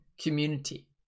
community